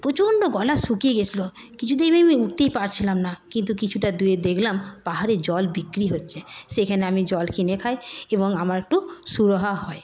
প্রচণ্ড গলা শুকিয়ে গেছিল কিছুতেই আমি উঠতেই পারছিলাম না কিন্তু কিছুটা দূরে দেখলাম পাহাড়ে জল বিক্রি হচ্ছে সেখানে আমি জল কিনে খাই এবং আমার একটু সুরাহা হয়